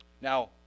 Now